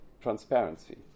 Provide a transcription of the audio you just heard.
transparency